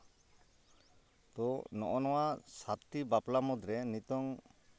ᱛᱚ ᱱᱚᱜᱼᱚ ᱱᱚᱣᱟ ᱥᱟᱛ ᱴᱤ ᱵᱟᱯᱞᱟ ᱢᱩᱫᱽᱨᱮ ᱱᱤᱛᱳᱝ